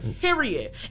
Period